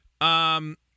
Um-